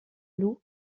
loup